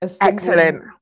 Excellent